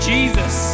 Jesus